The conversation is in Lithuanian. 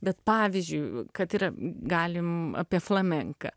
bet pavyzdžiui kad ir galim apie flamenką